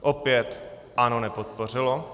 Opět ANO nepodpořilo.